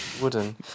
Wooden